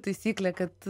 taisyklę kad